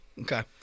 Okay